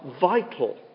vital